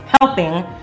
helping